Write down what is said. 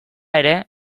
ere